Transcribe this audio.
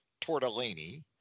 tortellini